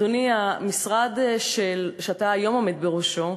אדוני, המשרד שאתה היום עומד בראשו,